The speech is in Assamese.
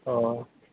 অঁ